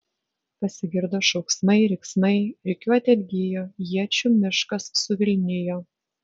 pasigirdo šauksmai riksmai rikiuotė atgijo iečių miškas suvilnijo